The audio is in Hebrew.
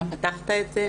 מה פתחת את זה?